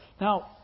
Now